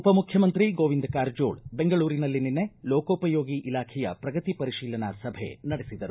ಉಪಮುಖ್ಯಮಂತ್ರಿ ಗೋವಿಂದ ಕಾರಜೋಳ ಬೆಂಗಳೂರಿನಲ್ಲಿ ನಿನ್ನೆ ಲೋಕೋಪಯೋಗಿ ಇಲಾಖೆಯ ಪ್ರಗತಿ ಪರಿಶೀಲನಾ ಸಭೆ ನಡೆಸಿದರು